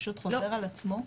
פשוט חוזר על עצמו.